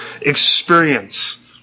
experience